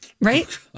Right